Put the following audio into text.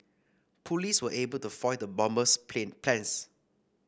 police were able to foil the bomber's play plans